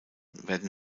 werden